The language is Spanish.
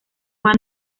juan